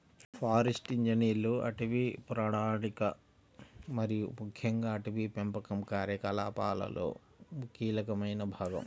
forest ఇంజనీర్లు అటవీ ప్రణాళిక మరియు ముఖ్యంగా అటవీ పెంపకం కార్యకలాపాలలో కీలకమైన భాగం